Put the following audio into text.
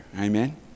Amen